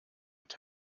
und